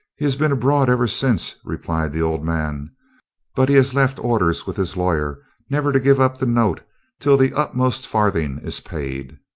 he has been abroad ever since, replied the old man but he has left orders with his lawyer never to give up the note till the utmost farthing is paid.